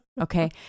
okay